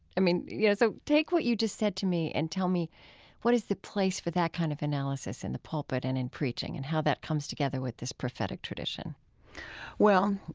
i mean, you know, so take what you just said to me and tell me what is the place for that kind of analysis in the pulpit and in preaching and how that comes together with this prophetic tradition well,